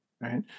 right